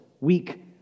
weak